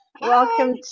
welcome